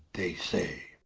they say